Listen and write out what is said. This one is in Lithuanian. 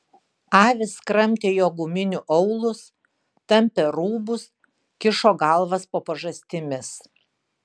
avys kramtė jo guminių aulus tampė rūbus kišo galvas po pažastimis